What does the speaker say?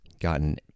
gotten